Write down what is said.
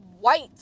white